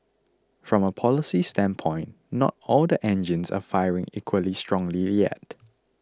from a policy standpoint not all the engines are firing equally strongly yet